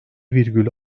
virgül